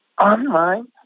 online